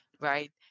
right